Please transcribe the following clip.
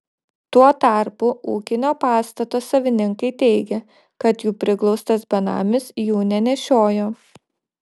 tuo tarpu ūkinio pastato savininkai teigė kad jų priglaustas benamis jų nenešiojo